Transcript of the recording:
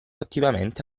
attivamente